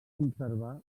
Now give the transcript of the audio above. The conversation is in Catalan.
conservar